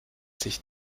sich